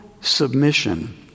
submission